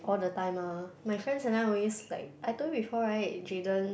all the time ah my friends and I always like I told you before right Jayden